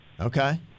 Okay